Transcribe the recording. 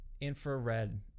infrared